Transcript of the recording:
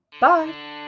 bye